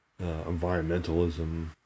environmentalism